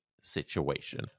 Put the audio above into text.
situation